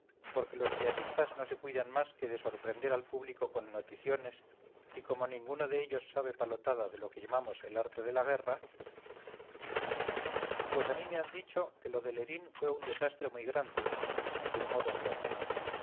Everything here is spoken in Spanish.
porque los diaristas no se cuidan más que de sorprender al público con noticiones y como ninguno de ellos sabe palotada de lo que llamamos el arte de la guerra pues a mí me han dicho que lo de lerín fue un desastre muy grande afirmó d roque